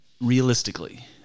realistically